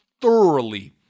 thoroughly